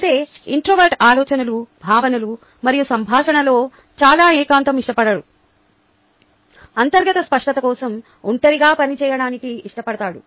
అయితే ఇన్ట్రావర్ట్ ఆలోచనలు భావనలు మరియు సంభాషణలో చాలా ఏకాంతం ఇష్టపడడు అంతర్గత స్పష్టత కోసం ఒంటరిగా పనిచేయడానికి ఇష్టపడతాడు